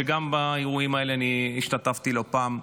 שגם באירועים האלה אני השתתפתי לא פעם.